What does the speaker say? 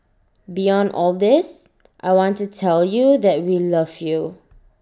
beyond all this I want to tell you that we love you